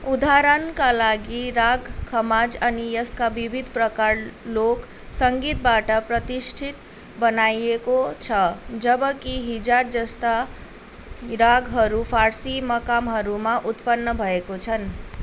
उदाहरणका लागि राग खमाज अनि यसका विविध प्रकार लोक सङ्गीतबाट प्रतिष्ठित बनाइएको छ जबकि हिजाजजस्ता रागहरू फारसी मकामहरूमा उत्पन्न भएको छन्